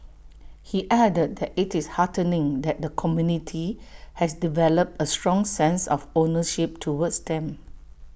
he added that IT is heartening that the community has developed A strong sense of ownership towards them